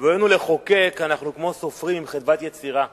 בבואנו לחוקק אנחנו כמו סופרים, חדוות יצירה.